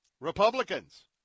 Republicans